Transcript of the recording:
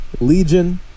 Legion